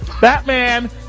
Batman